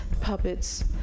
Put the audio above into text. puppets